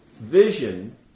Vision